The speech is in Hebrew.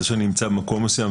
זה שאני נמצא במקום מסוים,